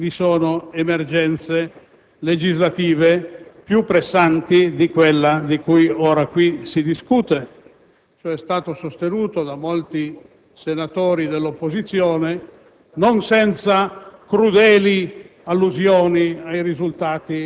Così ancora non mi sembra decisiva l'obiezione - ritornata peraltro in una pluralità di interventi - circa il fatto, di per sé innegabile, che anche in materia di